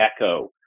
echo